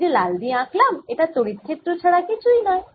এই যে লাল দিয়ে আঁকলাম এটা তড়িৎ ক্ষেত্র ছাড়া কিছুই নয়